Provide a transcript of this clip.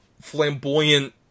flamboyant